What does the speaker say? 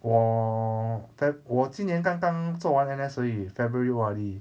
我 feb~ 我今年刚刚做完 N_S 而已 february O_R_D